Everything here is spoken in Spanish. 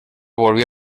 volvió